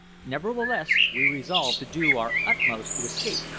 nevertheless, we resolved to do our utmost to escape,